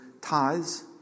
tithes